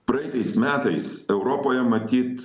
praeitais metais europoje matyt